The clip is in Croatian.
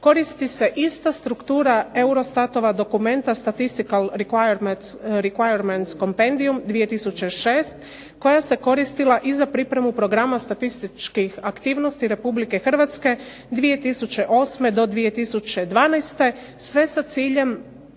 koristi se ista struktura EUROSTAT-ova dokumenta Statistical requirments compendium 2006. koja se koristila i za pripremu Programa statističkih aktivnosti RH 2008. do 2012. sve sa ciljem